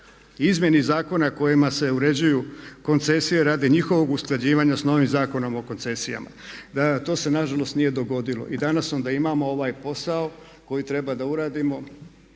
izmjeni zakona kojima se uređuju koncesije radi njihovog usklađivanja sa novim Zakonom o koncesijama. To se nažalost nije dogodilo i danas onda imamo ovaj posao koji treba da uradimo,